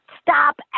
Stop